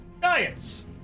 giants